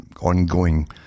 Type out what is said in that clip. ongoing